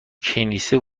کنیسه